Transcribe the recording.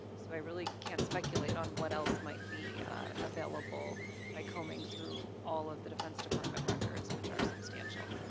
so i really can't speculate on what else might be available by combing through all of the defense department records, which are substantial.